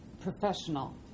professional